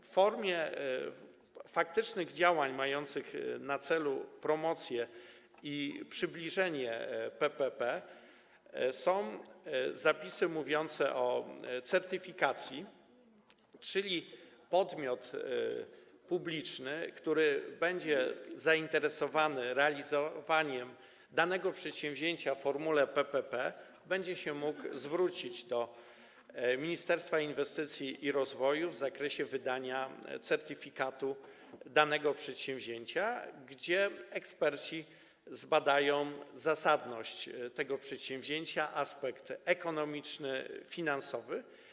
Co do faktycznych działań mających na celu promocję i przybliżenie PPP są zapisy mówiące o certyfikacji, czyli podmiot publiczny, który będzie zainteresowany realizowaniem danego przedsięwzięcia w formule PPP, będzie się mógł zwrócić do Ministerstwa Inwestycji i Rozwoju w zakresie wydania certyfikatu danego przedsięwzięcia i eksperci zbadają zasadność tego przedsięwzięcia, aspekt ekonomiczny, finansowy.